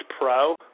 pro